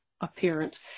appearance